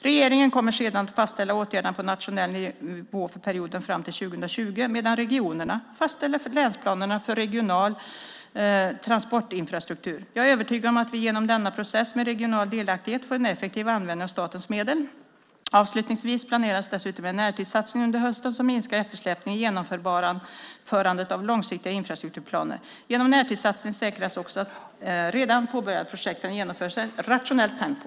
Regeringen kommer sedan att fastställa åtgärderna på nationell nivå för perioden fram till 2020, medan regionerna fastställer länsplanerna för regional transportinfrastruktur. Jag är övertygad om att vi genom denna process med regional delaktighet får en effektiv användning av statens medel. Avslutningsvis planeras dessutom en närtidssatsning under hösten som minskar eftersläpningen i genomförandet av långsiktiga infrastrukturplaner. Genom närtidssatsningen säkras också att redan påbörjade projekt kan genomföras i ett rationellt tempo.